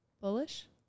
bullish